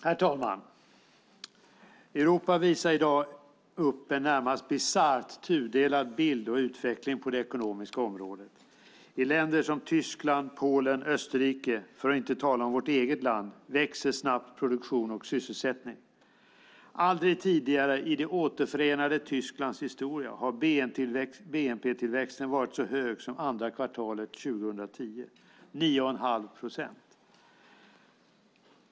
Herr talman! Europa visar i dag upp en närmast bisarrt tudelad bild och utveckling på det ekonomiska området. I länder som Tyskland, Polen och Österrike - för att inte tala om vårt eget land - växer snabbt produktion och sysselsättning. Aldrig tidigare i det återförenade Tysklands historia har bnp-tillväxten varit så hög som under andra kvartalet 2010 - 9,5 procent.